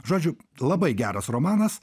žodžiu labai geras romanas